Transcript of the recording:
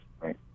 right